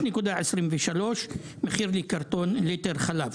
6.23 מחיר לקרטון ליטר חלב,